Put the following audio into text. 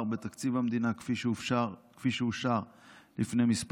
בתקציב המדינה שאושר לפני כמה שבועות.